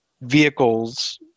vehicles